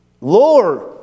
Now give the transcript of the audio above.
Lord